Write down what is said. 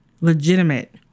legitimate